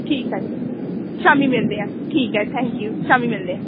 ਠੀਕ ਆ ਸ਼ਾਮੀ ਮਿਲਦੇ ਆ ਠੀਕ ਆ ਥੈਂਕ ਯੂ ਸ਼ਾਮੀ ਮਿਲਦੇ ਹਾਂ